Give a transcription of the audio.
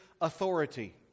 authority